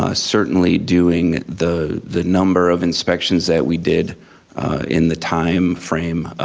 ah certainly doing the the number of inspections that we did in the time frame,